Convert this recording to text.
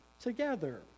together